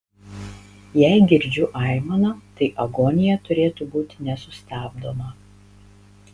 jei girdžiu aimaną tai agonija turėtų būti nesustabdoma